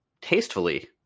tastefully